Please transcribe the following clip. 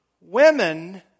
women